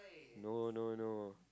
no no no